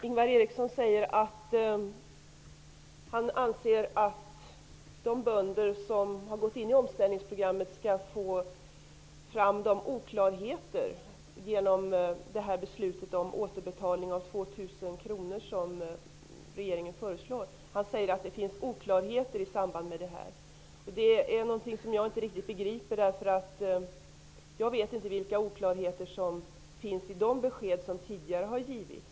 Fru talman! Ingvar Eriksson säger att det finns oklarheter kring regeringens förslag om återbetalning av 2 000 kr till de bönder som har gått in i omställningsprogrammet. Det är något som jag inte riktigt begriper. Jag vet inte vilka oklarheter som finns i de besked som tidigare har givits.